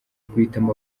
guhitamo